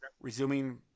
resuming